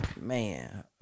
Man